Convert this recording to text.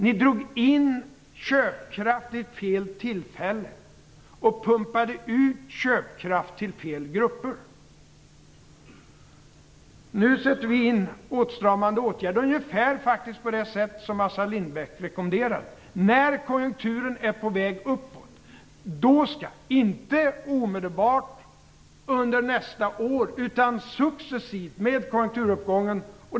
Ni drog in köpkraft vid fel tillfälle och pumpade ut köpkraft till fel grupper. Nu sätter vi in åtstramande åtgärder - faktiskt på ungefär det sätt som Assar Lindbeck rekommenderade. När konjunkturen är på väg uppåt - inte omedelbart under nästa år utan successivt - skall åtstramningar sättas in.